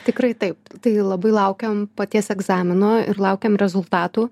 tikrai taip tai labai laukiam paties egzamino ir laukiam rezultatų